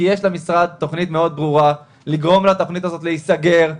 כי המשרד רוצה לגרום לתכנית הזאת להיסגר,